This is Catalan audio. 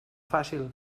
fàcil